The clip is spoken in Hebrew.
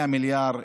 100 מיליארד,